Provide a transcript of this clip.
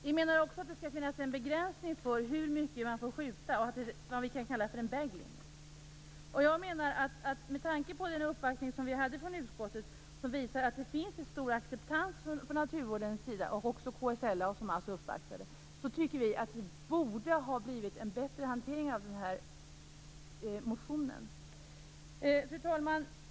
Vi menar också att det skall finnas en begränsning för hur mycket man får skjuta - vad vi kan kalla för en bag limit. Jag menar att med tanke på den uppvaktning vi hade i utskottet, som visar att det finns en stor acceptans från naturvårdens sida och från KSLA - som alltså uppvaktade oss - borde hanteringen av motionen ha blivit bättre. Fru talman!